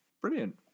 Brilliant